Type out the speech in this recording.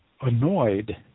annoyed